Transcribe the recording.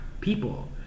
people